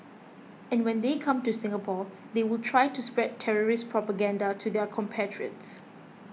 and when they come to Singapore they will try to spread terrorist propaganda to their compatriots